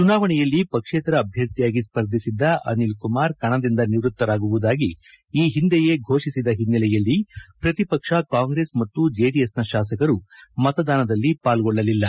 ಚುನಾವಣೆಯಲ್ಲಿ ಪಕ್ಷೇತರ ಅಭ್ಯರ್ಥಿಯಾಗಿ ಸ್ಪರ್ಧಿಸಿದ್ದ ಅನಿಲ್ಕುಮಾರ್ ಕಣದಿಂದ ನಿವೃತ್ತರಾಗುವುದಾಗಿ ಈ ಒಂದೆಯೇ ಘೋಷಿಸಿದ ಹಿನ್ನೆಲೆಯಲ್ಲಿ ಪ್ರತಿಪಕ್ಷ ಕಾಂಗ್ರೆಸ್ ಮತ್ತು ಜೆಡಿಎಸ್ನ ಶಾಸಕರು ಮಶದಾನದಲ್ಲಿ ಪಾಲ್ಗೊಳ್ಳಲಿಲ್ಲ